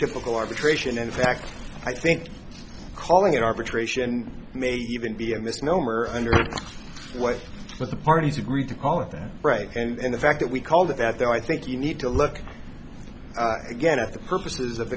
typical arbitration in fact i think calling arbitration may even be a misnomer under what with the parties agree to call it that right and the fact that we called it that then i think you need to look again at the purposes of